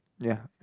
ya